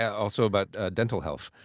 also about dental health.